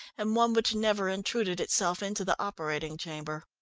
and one which never intruded itself into the operating chamber.